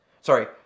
Sorry